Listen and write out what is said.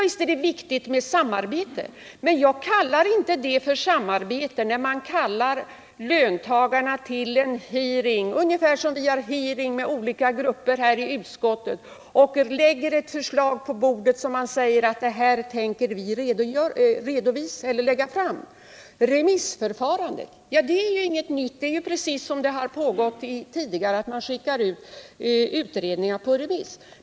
Visst är det viktigt med samarbete, men jag kallar inte det för samarbete, när man kallar löntagarna till en hearing — ungefär som när vi har hearings med olika grupper i utskotten — och när man lägger ett förslag på bordet och säger: Det här tänker vi lägga fram. Remissförfarandet, det är ju inget nytt. Det är precis som tidigare: Man skickar utredningar på remiss.